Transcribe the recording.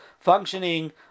functioning